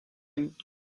him